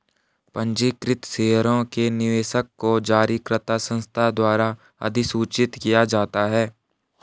पंजीकृत शेयरों के निवेशक को जारीकर्ता संस्था द्वारा अधिसूचित किया जाता है